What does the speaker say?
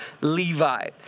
Levi